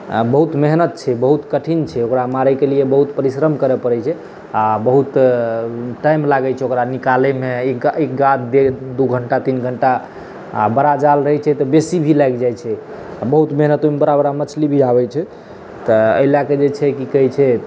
बहुत मेहनति छै बहुत कठिन छै ओकरा मारैकेलिए बहुत परिश्रम करऽ पड़ै छै आओर बहुत टाइम लागै छै ओकरा निकालैमे एकाध दुइ घण्टा तीन घण्टा आओर बड़ा जाल रहै छै तऽ बेसी भी लागि जाइ छै आओर बहुत मेहनति ओहिमे बड़ा बड़ा मछली भी आबै छै तऽ एहि लऽ कऽ जे छै कि कहै छै